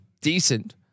decent